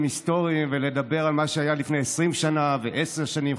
היסטוריים ולדבר על מה שהיה לפני 20 שנה ועשר שנים,